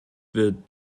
wird